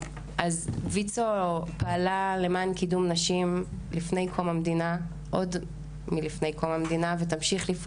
ויצ"ו פעלה למען קידום נשים עוד מלפני קום המדינה ותמשיך לפעול